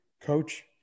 coach